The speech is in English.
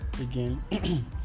Again